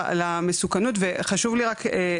עד היום כל מה שהטילו עלינו עשינו.